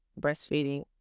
breastfeeding